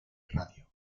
radio